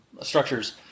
structures